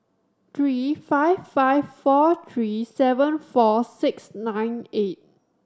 three five five four three seven four six nine eight